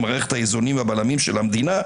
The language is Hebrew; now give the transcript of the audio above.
מערכת האיזונים והבלמים של המדינה,